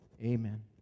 Amen